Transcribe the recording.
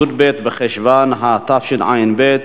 י"ב בחשוון התשע"ב,